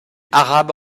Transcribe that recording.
arabe